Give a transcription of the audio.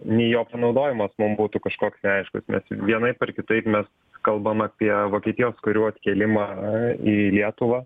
nei jo panaudojimas mum būtų kažkoks neaiškus nes vienaip ar kitaip mes kalbam apie vokietijos karių atkėlimą į lietuvą